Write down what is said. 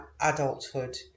adulthood